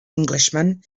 englishman